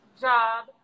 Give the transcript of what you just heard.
job